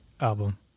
album